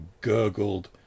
gurgled